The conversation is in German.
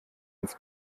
ins